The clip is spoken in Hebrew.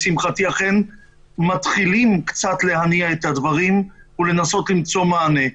לשמחתי אכן מתחילים קצת להניע את הדברים ולנסות למצוא מענה.